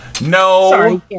No